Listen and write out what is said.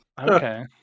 Okay